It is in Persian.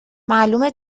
معلومه